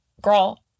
girl